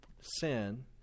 sin